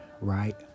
right